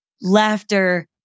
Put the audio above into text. laughter